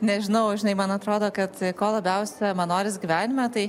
nežinau žinai man atrodo kad ko labiausia man norisi gyvenime tai